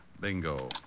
Bingo